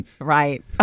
Right